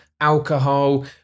alcohol